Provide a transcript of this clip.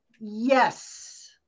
yes